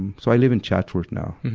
and so i live in chatsworth now.